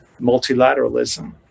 multilateralism